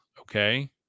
Okay